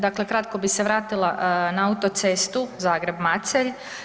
Dakle kratko bih se vratila na Autocestu Zagreb – Macelj.